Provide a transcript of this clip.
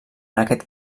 aquest